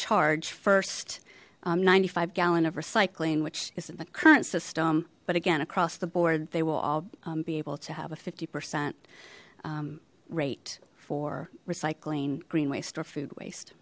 charge first ninety five gallon of recycling which is in the current system but again across the board they will all be able to have a fifty percent rate for recycling green waste or food wast